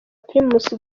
primus